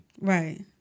right